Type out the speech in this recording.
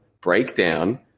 breakdown